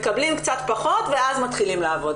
מקבלים קצת פחות ואז מתחילים לעבוד.